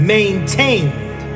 maintained